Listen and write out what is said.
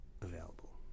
available